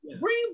Bring